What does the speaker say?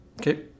Okay